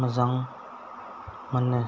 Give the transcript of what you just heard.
मोजां मोनो